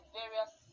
various